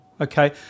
Okay